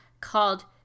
called